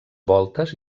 voltes